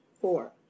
Four